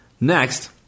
Next